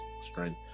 strength